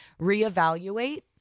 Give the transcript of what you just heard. reevaluate